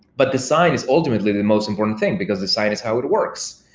but design is ultimately the most important thing, because design is how it works.